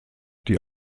die